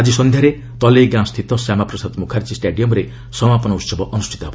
ଆଜି ସନ୍ଧ୍ୟାରେ ତଲେଇଗାଁସ୍ଥିତ ଶ୍ୟାମାପ୍ରସାଦ ମୁଖାର୍ଚ୍ଚୀ ଷ୍ଟାଠଡିୟମ୍ରେ ସମାପନ ଉତ୍ସବ ଅନୁଷ୍ଠିତ ହେବ